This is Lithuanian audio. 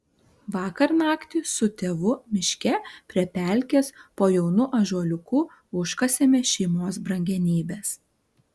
vakar naktį su tėvu miške prie pelkės po jaunu ąžuoliuku užkasėme šeimos brangenybes